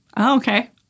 Okay